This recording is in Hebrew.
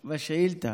והשאילתה,